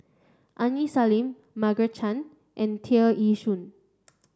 Aini Salim Margaret Chan and Tear Ee Soon